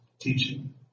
teaching